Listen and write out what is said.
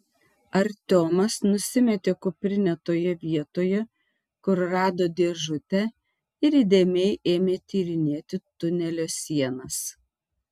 artiomas nusimetė kuprinę toje vietoje kur rado dėžutę ir įdėmiai ėmė tyrinėti tunelio sienas